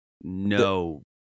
no